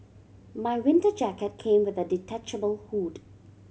my winter jacket came with a detachable hood